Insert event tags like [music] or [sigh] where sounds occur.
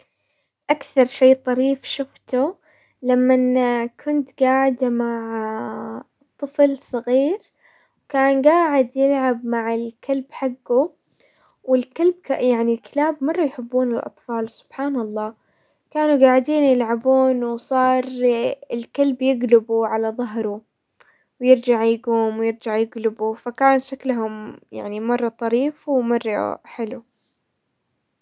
اكثر شي طريف شفته لمن [hesitation] كنت قاعدة مع طفل صغير كان قاعد يلعب مع الكلب حقه، والكلب يعني الكلاب مرة يحبون الاطفال سبحان الله، كانوا قاعدين يلعبون وصار [hesitation] الكلب يقلبه على ظهره، ويرجع يقوم، ويرجع يقلبه، فكان شكلهم يعني مرة طريف، ومرة حلو.